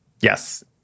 Yes